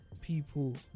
people